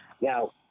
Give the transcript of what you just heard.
Now